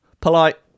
polite